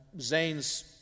Zane's